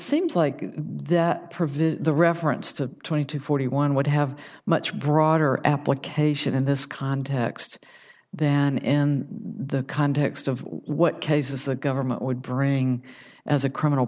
seems like there provision the reference to twenty to forty one would have much broader application in this context than in the context of what cases the government would bring as a criminal